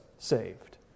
Saved